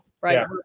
right